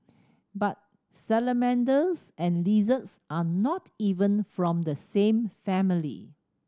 but salamanders and lizards are not even from the same family